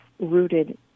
rooted